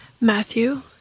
Matthew